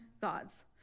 God's